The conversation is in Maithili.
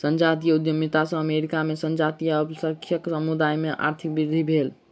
संजातीय उद्यमिता सॅ अमेरिका में संजातीय अल्पसंख्यक समुदाय में आर्थिक वृद्धि भेल